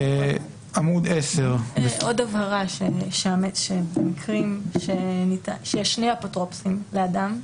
עוד הבהרה, במקרים שיש שני אפוטרופוסים לאדם,